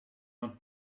not